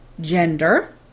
gender